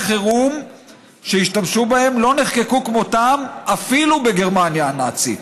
החירום שהשתמשו בהם לא נחקקו כמותם אפילו בגרמניה הנאצית".